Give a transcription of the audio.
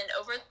over